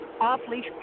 off-leash